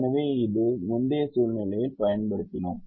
எனவே இதை முந்தைய சூழ்நிலையில் பயன்படுத்தினோம்